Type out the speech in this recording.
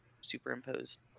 superimposed